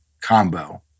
combo